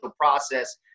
process